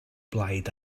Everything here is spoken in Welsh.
blaid